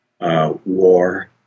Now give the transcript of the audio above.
War